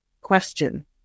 question